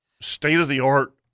state-of-the-art